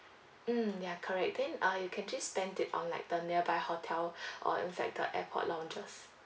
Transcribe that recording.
mm ya correct then ah you can just spend it on like the nearby hotel or inside the airport lounges